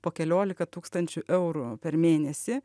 po keliolika tūkstančių eurų per mėnesį